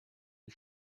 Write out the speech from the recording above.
wie